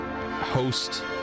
host